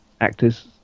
actors